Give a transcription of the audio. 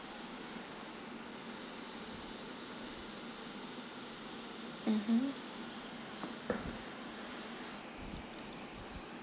mmhmm